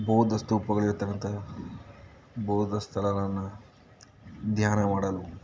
ಬೌದ್ಧ ಸ್ತೂಪಗಳು ಇರುತ್ತೆ ಮತ್ತೆ ಬೌದ್ಧ ಸ್ಥಳಗಳನ್ನು ಧ್ಯಾನ ಮಾಡಲು